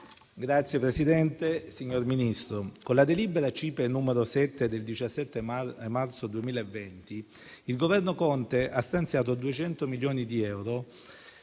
*(M5S)*. Signor Ministro, con la delibera CIPE n. 7 del 17 marzo 2020 il Governo Conte ha stanziato 200 milioni di euro